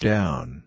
Down